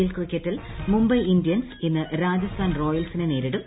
L ക്രിക്കറ്റിൽ Mumbai Indians ഇന്ന് രാജസ്ഥാൻ റോയൽസിനെ നേരിടും